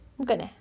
bukan eh